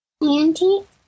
Auntie